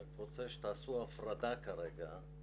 אני רק רוצה שתעשו הפרדה כרגע.